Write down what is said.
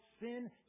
sin